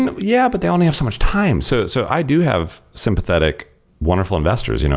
and yeah, but they only have so much time. so so i do have sympathetic wonderful investors. you know